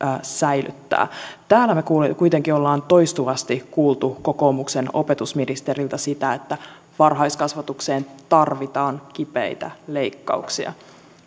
säilyttää täällä me kuitenkin olemme toistuvasti kuulleet kokoomuksen opetusministeriltä sitä että varhaiskasvatukseen tarvitaan kipeitä leikkauksia